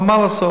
אבל מה לעשות?